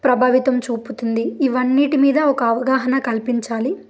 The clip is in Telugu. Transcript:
ప్రభావితం చూపుతుంది ఇవన్నిటి మీద ఒక అవగాహన కల్పించాలి